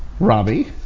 Robbie